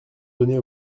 donner